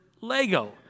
Lego